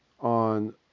on